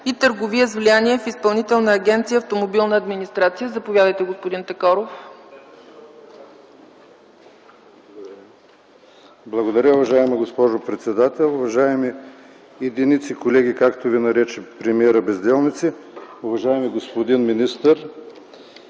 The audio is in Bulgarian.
и търговия с влияние в Изпълнителна агенция „Автомобилна администрация”. Заповядайте, господин Такоров. РУМЕН ТАКОРОВ (КБ): Благодаря, уважаема госпожо председател. Уважаеми единици колеги, както ви нарече премиерът, „безделници”! Уважаеми господин министър,